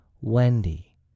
Wendy